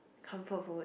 can't fall forward